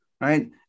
right